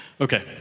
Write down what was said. Okay